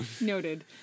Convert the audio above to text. Noted